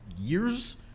years